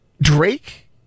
Drake